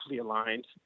aligned